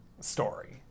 story